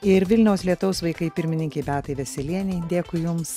ir vilniaus lietaus vaikai pirmininkei beatai veselienei dėkui jums